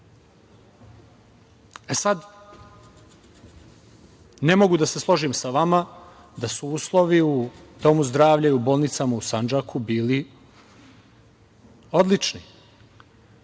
građana. Ne mogu da se složim sa vama da su uslovi u domu zdravlja i u bolnicama u Sandžaku bili odlični.